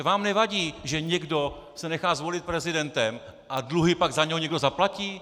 Vám nevadí, že někdo se nechá zvolit prezidentem a dluhy pak za něho někdo zaplatí?